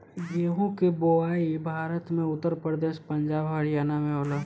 गेंहू के बोआई भारत में उत्तर प्रदेश, पंजाब, हरियाणा में होला